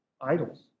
idols